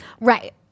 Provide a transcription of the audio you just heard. Right